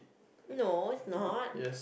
no is not